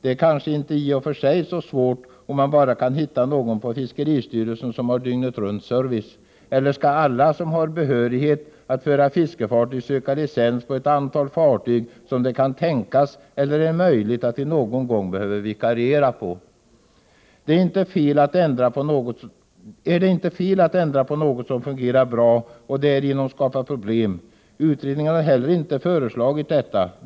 Det är kanske inte i och för sig så svårt, om man bara kan hitta någon på fiskeristyrelsen som har dygnet-runt-service. Eller skall alla som har behörighet att föra fiskefartyg söka licens på ett antal fartyg som det kan tänkas att de någon gång behöver vikariera på? Är det inte fel att ändra på något som fungerar bra och därigenom skapa problem? Utredningen har inte heller föreslagit att skeppslicensen skall knytas till skepparen.